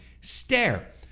stare